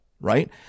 right